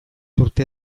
urte